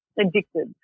addicted